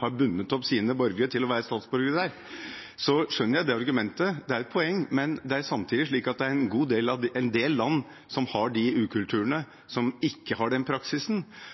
har bundet opp sine borgere til å være statsborgere der, skjønner jeg at det er et poeng, men det er samtidig en del land som har den ukulturen, som ikke har den praksisen. Noen av de landene, som Somalia, har ikke et statsvesen som fungerer, slik at de